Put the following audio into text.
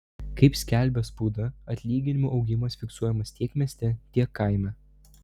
kaip skelbia spauda atlyginimų augimas fiksuojamas tiek mieste tiek kaime